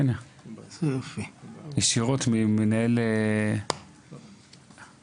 הינה, בבקשה, ישירות מראש אגף בידוק